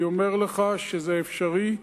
אני אומר לך שזה אפשרי,